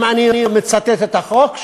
אם אני מצטט את החוק,